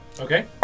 Okay